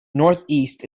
northeast